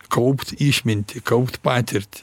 kaupt išmintį kaupt patirtį